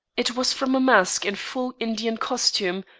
it was from a mask in full indian costume,